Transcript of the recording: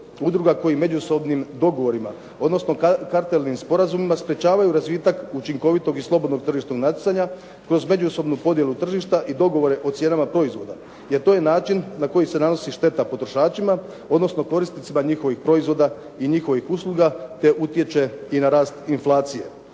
udruga koji međusobnim dogovorima odnosno kartelnim sporazumima sprečavaju razvitak učinkovitog i slobodnog tržišnog natjecanja kroz međusobnu podjelu tržišna i dogovore o cijenama proizvoda, jer to je način na koji se nanosi šteta potrošačima odnosno korisnicima njihovih proizvoda i njihovih usluga te utječe i na rast inflacije.